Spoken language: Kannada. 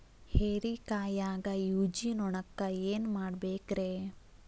ಹೇರಿಕಾಯಾಗ ಊಜಿ ನೋಣಕ್ಕ ಏನ್ ಮಾಡಬೇಕ್ರೇ?